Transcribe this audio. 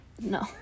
No